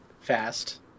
Fast